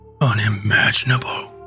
Unimaginable